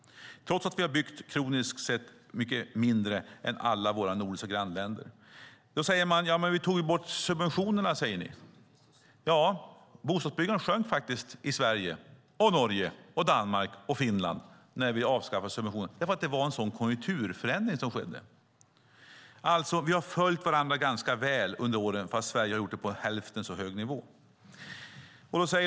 Vi har byggt mycket mindre än alla våra nordiska grannländer. Då säger ni: Men vi tog ju bort subventionerna. Ja, bostadsbyggandet minskade faktiskt i Sverige och i Norge, Danmark och Finland när vi avskaffade subventionerna, eftersom det var en sådan konjunkturförändring som skedde. Vi har alltså följt varandra ganska väl under åren, fast Sverige har gjort det på hälften så hög nivå.